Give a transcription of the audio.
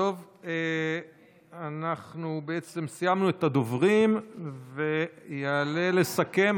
טוב, אנחנו בעצם סיימנו את הדוברים ויעלה לסכם,